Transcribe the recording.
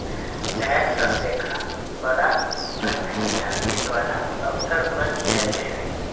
tax अनदेखा बड़ा उद्यमियन के द्वारा अक्सर कइल जयते हई